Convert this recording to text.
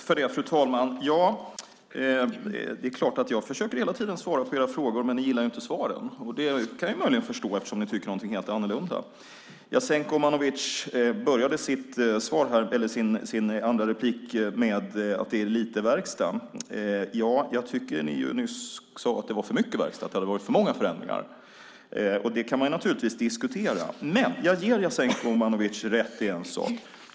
Fru talman! Jag försöker hela tiden svara på era frågor, men ni gillar ju inte svaren. Det kan jag möjligen förstå eftersom ni tycker någonting helt annat. Jasenko Omanovic började sitt andra inlägg med att säga att det är lite verkstad. Jag tyckte att ni nyss sade att det hade varit för mycket verkstad, att det hade varit för många förändringar. Det kan man naturligtvis diskutera, men jag ger Jasenko Omanovic rätt i en sak.